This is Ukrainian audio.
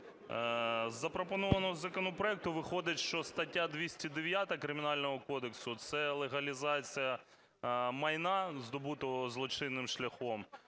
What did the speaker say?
Із запропонованого законопроекту виходить, що стаття 209 Кримінального кодексу, це легалізація майна, здобутого злочинним шляхом,